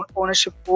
ownership